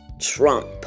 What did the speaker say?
Trump